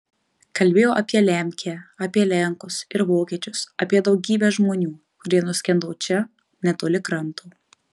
kalbėjo apie lemkę apie lenkus ir vokiečius apie daugybę žmonių kurie nuskendo čia netoli kranto